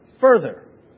Further